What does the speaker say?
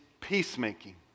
peacemaking